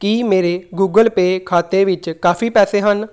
ਕੀ ਮੇਰੇ Google pay ਖਾਤੇ ਵਿੱਚ ਕਾਫ਼ੀ ਪੈਸੇ ਹਨ